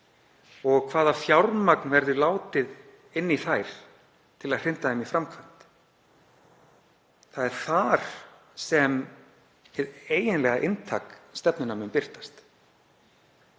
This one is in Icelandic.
og hvaða fjármagn verði látið inn í þær til að hrinda þeim í framkvæmd. Það er þar sem hið eiginlega inntak stefnunnar mun birtast.